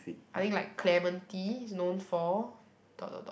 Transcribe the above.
I think like clementi is known for dot dot dot